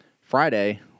Friday